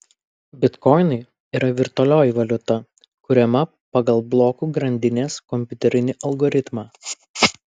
bitkoinai yra virtualioji valiuta kuriama pagal blokų grandinės kompiuterinį algoritmą